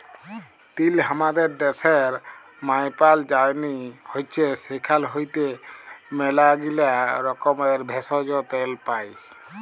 তিল হামাদের ড্যাশের মায়পাল যায়নি হৈচ্যে সেখাল হইতে ম্যালাগীলা রকমের ভেষজ, তেল পাই